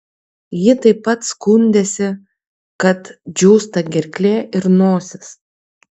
ji taip pat skundėsi kad džiūsta gerklė ir nosis